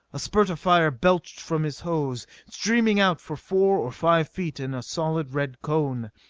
a spurt of fire belched from his hose, streaming out for four or five feet in a solid red cone.